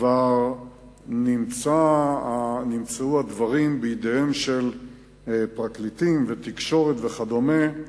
כבר נמצאו הדברים בידיהם של פרקליטים ותקשורת וכדומה.